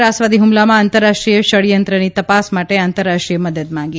ત્રાસવાદી હુમલામાં આંતરરાષ્ટ્રીય ષડયંત્રની તપાસ માટે આંતરરાષ્ટ્રીય મદદ માંગી